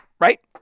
Right